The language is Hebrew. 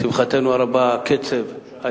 לשמחתנו הרבה הקצב,